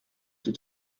toe